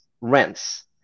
rents